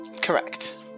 Correct